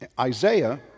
Isaiah